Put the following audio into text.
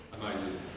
amazing